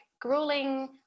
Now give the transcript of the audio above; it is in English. grueling